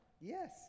Yes